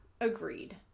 agreed